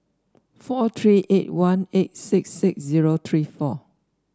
four three eight one eight six six zero three four